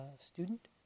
student